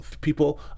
people